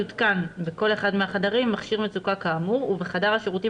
יותקן בכל אחד מהחדרים מכשיר מצוקה כאמור ובחדר השירותים